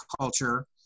culture